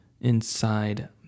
inside